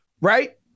right